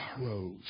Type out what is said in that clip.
sorrows